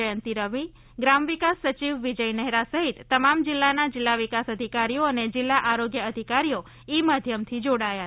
જયંતી રવિ ગ્રામ વિકાસ સચિવશ્રી વિજય નહેરા સહીત તમામ જિલ્લાના જિલ્લા વિકાસ અધિકારીઓ અને જીલ્લા આરોગ્ય અધિકારીઓ ઇ માધ્યમથી જોડાયા છે